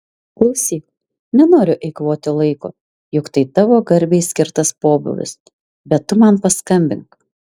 klausyk nenoriu eikvoti laiko juk tai tavo garbei skirtas pobūvis bet tu man paskambink